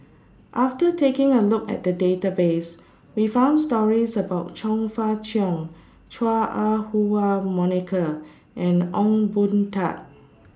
after taking A Look At The Database We found stories about Chong Fah Cheong Chua Ah Huwa Monica and Ong Boon Tat